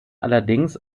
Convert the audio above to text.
allerdings